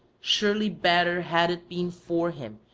surely better had it been for him,